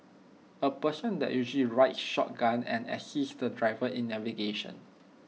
A person that usually rides shotgun and assists the driver in navigation